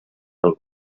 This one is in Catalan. del